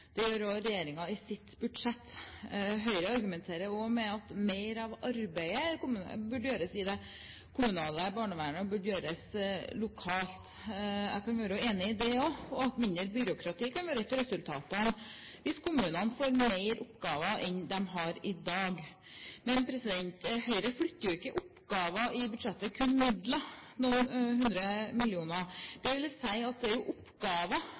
Det gjør også regjeringen i sitt budsjett. Høyre argumenterer også med at mer av arbeidet burde gjøres i det kommunale barnevernet og burde gjøres lokalt. Jeg kan være enig i det også, og at mindre byråkrati kan være et av resultatene hvis kommunene får mer oppgaver enn de har i dag. Men Høyre flytter jo ikke oppgaver i budsjettet, kun midler – noen hundre millioner kroner, dvs. at det er jo